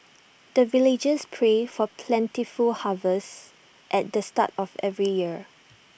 the villagers pray for plentiful harvest at the start of every year